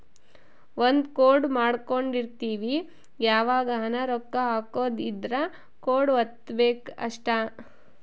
ಒಂದ ಕೋಡ್ ಮಾಡ್ಕೊಂಡಿರ್ತಿವಿ ಯಾವಗನ ರೊಕ್ಕ ಹಕೊದ್ ಇದ್ರ ಕೋಡ್ ವತ್ತಬೆಕ್ ಅಷ್ಟ